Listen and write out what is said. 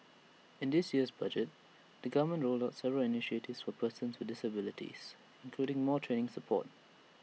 in this year's budget the government rolled out several initiatives for persons with disabilities including more training support